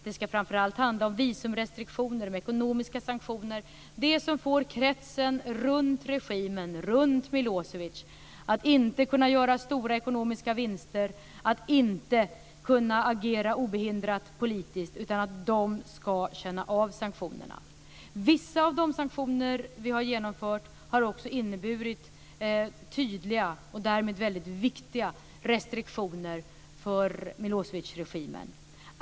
Det ska framför allt handla om visumrestriktioner och ekonomiska sanktioner, det som får kretsen runt regimen, runt Milosevic, att inte kunna göra stora ekonomiska vinster, att inte kunna agera obehindrat politiskt. De ska känna av sanktionerna. Vissa av de sanktioner vi har genomfört har också inneburit tydliga, och därmed väldigt viktiga, restriktioner för Milosevicregimen.